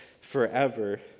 forever